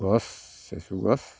গছ চেচু গছ